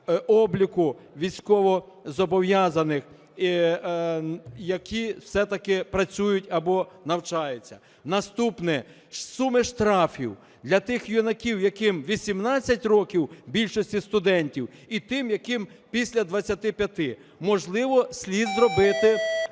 обліку військовозобов'язаних, які все-таки працюють або навчаються. Наступне. Суми штрафів для тих юнаків, яким 18 років, більшості студентів, і тим, яким після 25-ти. Можливо, слід зробити